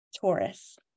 Taurus